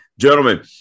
gentlemen